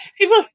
people